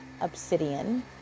obsidian